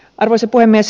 arvoisa puhemies